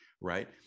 right